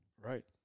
Right